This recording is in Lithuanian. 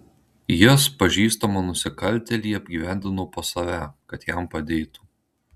jis pažįstamą nusikaltėlį apgyvendino pas save kad jam padėtų